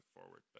forward